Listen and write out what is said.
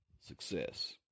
success